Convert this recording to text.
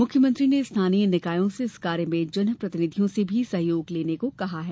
मुख्यमंत्री ने स्थानीय निकायों से इस कार्य में जनप्रतिनिधियों से भी सहयोग लेने को कहा है